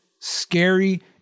scary